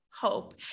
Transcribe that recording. hope